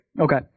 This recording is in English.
Okay